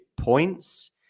points